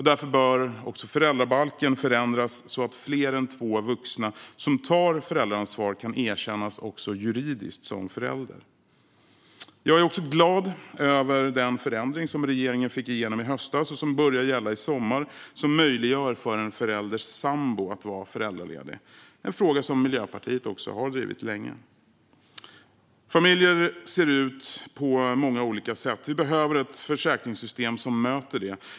Därför bör också föräldrabalken förändras så att fler än två vuxna som tar föräldraansvar kan erkännas också juridiskt som förälder. Jag är också glad över den förändring som regeringen fick igenom i höstas, och som börjar gälla i sommar, som möjliggör för en förälders sambo att vara föräldraledig. Det är en fråga som Miljöpartiet har drivit länge. Familjer ser ut på många olika sätt. Vi behöver ett försäkringssystem som möter det.